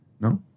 No